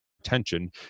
attention